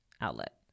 outlet